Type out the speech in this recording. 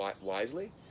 wisely